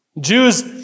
Jews